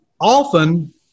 often